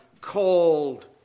called